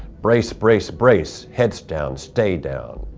brace, brace, brace. heads down, stay down.